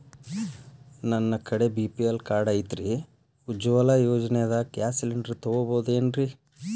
ನನ್ನ ಕಡೆ BPL card ಐತ್ರಿ, ಉಜ್ವಲಾ ಯೋಜನೆದಾಗ ಗ್ಯಾಸ್ ಸಿಲಿಂಡರ್ ತೊಗೋಬಹುದೇನ್ರಿ?